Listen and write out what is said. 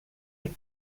have